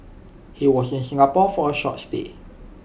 he was in Singapore for A short stay